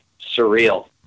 surreal